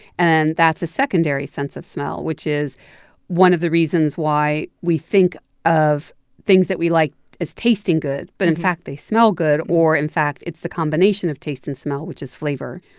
and that's a secondary sense of smell, which is one of the reasons why we think of things that we like as tasting good. but in fact, they smell good, or in fact, it's the combination of taste and smell, which is flavor.